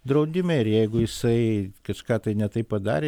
draudime ir jeigu jisai kažką tai ne taip padarė